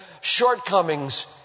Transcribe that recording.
shortcomings